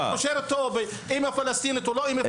אתה קושר אותו באימא פלסטינית או לא אימא פלסטינית.